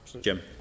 Jim